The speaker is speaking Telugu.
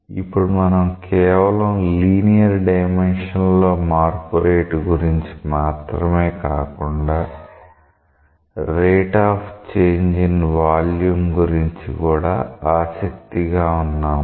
ఇప్పుడు మనం కేవలం లీనియర్ డైమెన్షన్ లో మార్పు రేటు గురించి మాత్రమే కాకుండా rate of change in volume గురించి కూడా ఆసక్తిగా ఉన్నాము